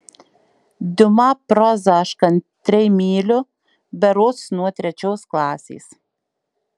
diuma prozą aš kantriai myliu berods nuo trečios klasės